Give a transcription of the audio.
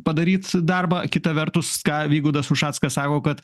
padaryt darbą kita vertus ką vygaudas ušackas sako kad